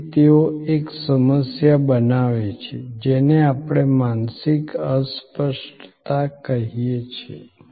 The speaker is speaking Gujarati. તેથી તેઓ એક સમસ્યા બનાવે છે જેને આપણે માનસિક અસ્પષ્ટતા કહીએ છીએ